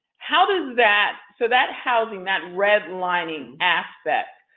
how does that. so that housing. that redlining aspect,